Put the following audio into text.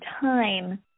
time